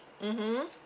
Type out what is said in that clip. mmhmm